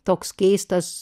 toks keistas